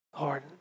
Lord